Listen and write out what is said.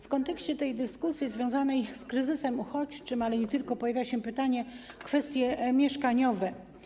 W kontekście dyskusji związanej z kryzysem uchodźczym, ale nie tylko, pojawia się pytanie o kwestie mieszkaniowe.